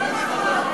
לא נכון.